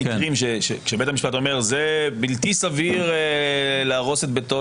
כשבית המשפט אומר: זה בלתי סביר להרוס את ביתו